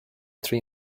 three